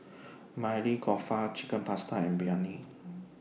Maili Kofta Chicken Pasta and Biryani